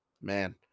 man